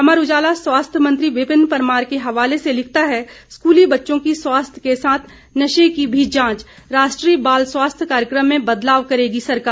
अमर उजाला स्वास्थ्य मंत्री विपिन परमार के हवाले से लिखता है स्कूली बच्चों की स्वास्थ्य के साथ नशे की भी जांच राष्ट्रीय बाल स्वास्थ्य कार्यक्रम में बदलाव करेगी सरकार